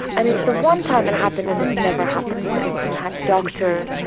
and it's the one time it happened, and it's never happened since. you had doctors,